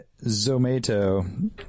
Zomato